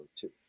two